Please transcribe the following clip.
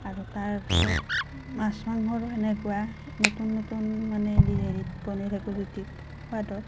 আৰু তাৰ পাছত মাছ মাংসৰো সেনেকুৱা নতুন নতুন মানে দি হেৰিত বনাই জুতিত সোৱাদত